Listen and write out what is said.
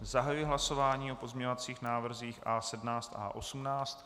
Zahajuji hlasování o pozměňovacích návrzích A17 a A18.